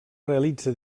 realitza